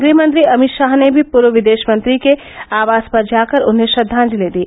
गृहमंत्री अमित शाह ने भी पूर्व विदेशमंत्री के आवास पर जाकर उन्हें श्रद्वांजलि दी